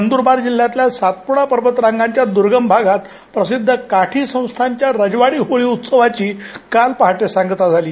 नंदुरबार जिल्ह्यातील सातपूडा पर्वत रांगांच्या दुर्गम भागातल्या प्रसिद्व काठी संस्थानच्या राजवाडी होळी उत्सवाची काल पहाटे सांगता झाली